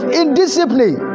indiscipline